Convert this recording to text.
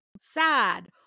sad